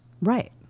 right